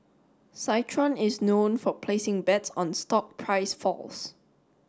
citron is known for placing bets on stock price falls